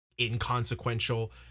inconsequential